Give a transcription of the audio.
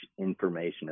information